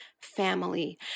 family